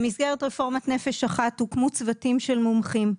במסגרת רפורמת נפש אחת הוקמו צוותים של מומחים.